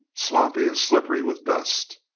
sloppy and slippery with dust.